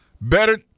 Better